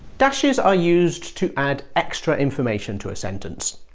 dashes are used to add extra information to a sentence.